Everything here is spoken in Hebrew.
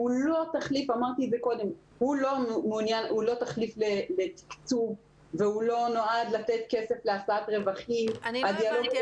לא תחליף לתקצוב והוא לא נועד לתת כסף להשאת רווחים --- אני מצטערת,